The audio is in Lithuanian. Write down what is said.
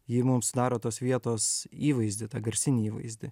ji mum sudaro tos vietos įvaizdį tą garsinį įvaizdį